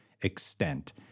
extent